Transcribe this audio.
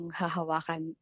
hahawakan